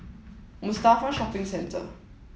Mustafa Shopping Centre